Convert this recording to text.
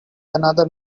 another